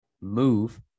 move